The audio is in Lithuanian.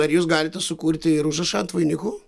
ar jūs galite sukurti ir užrašą ant vainikų